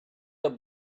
the